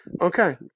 Okay